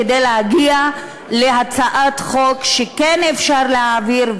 כדי להגיע להצעת חוק שכן אפשר להעביר,